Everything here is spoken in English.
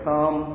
Come